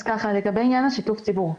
אז ככה לגבי עניין שיתוף הציבור.